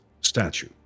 statue